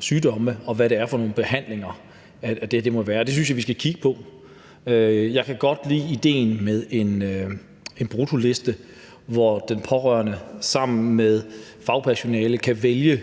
sygdomme, og hvad det er for nogle behandlinger, det her må være. Det synes jeg vi skal kigge på. Jeg kan godt lide idéen om en bruttoliste, hvor den pårørende sammen med fagpersonalet kan vælge